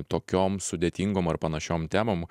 tokiom sudėtingom ar panašiom temom